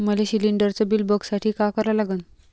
मले शिलिंडरचं बिल बघसाठी का करा लागन?